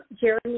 Jeremy